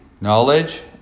knowledge